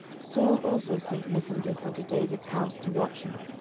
saul also sent messengers unto david's house, to watch him,